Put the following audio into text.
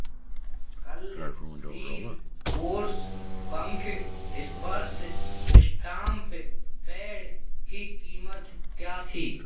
कल तीन कोर्स पंख स्पर्श स्टाम्प पैड की कीमत क्या थी